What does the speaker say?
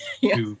Yes